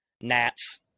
gnats